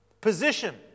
Position